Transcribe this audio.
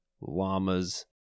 llamas